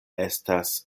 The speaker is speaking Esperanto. estas